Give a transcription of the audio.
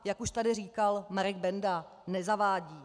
Jak už tady říkal Marek Benda, nezavádí.